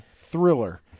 Thriller